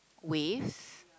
waves